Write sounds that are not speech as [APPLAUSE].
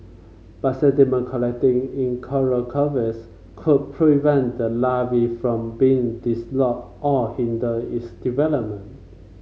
but sediment collecting in coral [UNINTELLIGIBLE] could prevent the larva from being dislodged or hinder its development